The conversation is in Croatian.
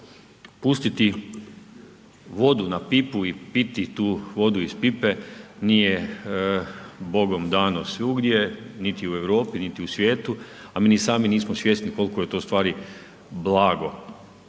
Pustiti vodu na pipu i piti tu vodu iz pipe nije Bogom dano svugdje niti u Europi niti u svijetu a mi ni sami nismo svjesni koliko je to ustvari blago.